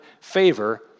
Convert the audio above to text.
favor